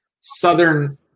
Southern